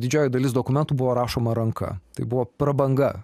didžioji dalis dokumentų buvo rašoma ranka tai buvo prabanga